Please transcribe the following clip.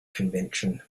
convention